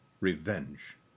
Revenge